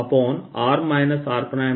r r